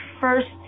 first